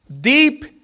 deep